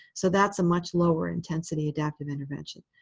so that's a much lower-intensity adaptive intervention.